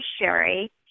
Sherry